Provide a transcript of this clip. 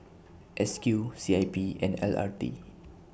S Q C I P and L R T